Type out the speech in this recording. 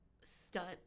stunt